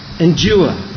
Endure